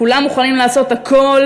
כולם מוכנים לעשות הכול